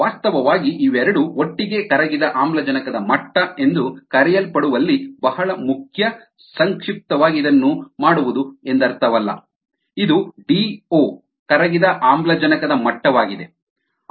ವಾಸ್ತವವಾಗಿ ಇವೆರಡೂ ಒಟ್ಟಿಗೆ ಕರಗಿದ ಆಮ್ಲಜನಕದ ಮಟ್ಟ ಎಂದು ಕರೆಯಲ್ಪಡುವಲ್ಲಿ ಬಹಳ ಮುಖ್ಯ ಸಂಕ್ಷಿಪ್ತವಾಗಿ ಇದನ್ನು ಮಾಡುವುದು ಎಂದರ್ಥವಲ್ಲ ಇದು DO ಕರಗಿದ ಆಮ್ಲಜನಕದ ಮಟ್ಟವಾಗಿದೆ